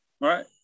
Right